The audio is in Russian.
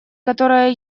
которая